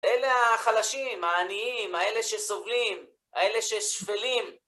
אלה החלשים, העניים, האלה שסובלים, האלה ששפלים.